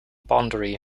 boundary